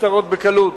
נפתרות בקלות,